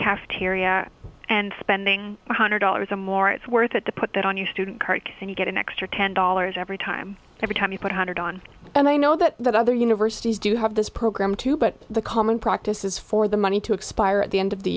cafeteria and spending one hundred dollars or more it's worth it to put that on your student card and you get an extra ten dollars every time every time you put a hundred on and i know that that other universities do have this program too but the common practice is for the money to expire at the end of the